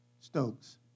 Stokes